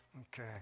Okay